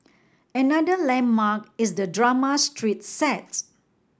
another landmark is the drama street